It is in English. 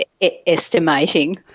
Estimating